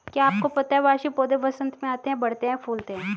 क्या आपको पता है वार्षिक पौधे वसंत में आते हैं, बढ़ते हैं, फूलते हैं?